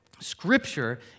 Scripture